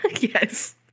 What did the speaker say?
Yes